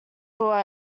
tour